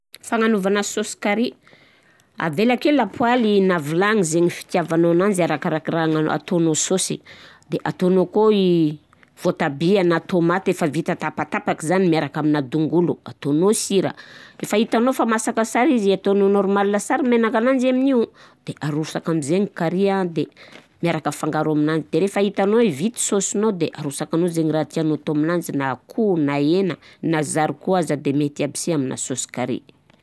Fagnanaovagna saosy carrie: avela ake lapoaly na vilagny zaigny fitiavanao ananjy arakaraky raha agna- ataonao saosy, de ataonao akao i voatabia na tômaty efa vita tapatapak'izany miaraka amina tongolo, ataognao ao sira, fa hitanao fa masaka sara izy ataonao normale sara menakananjy amnio, de arosaka am'zay ny carrie an de miaraka afangaro aminany de rehefa hitanao hoe vita i saosinao de arosakinao zaigny raha tianao atao aminanjy na akoho na hena na zarikô aza de mety aby sena amin'ny saosy carrie.